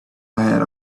ahead